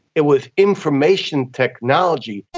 it was information technology.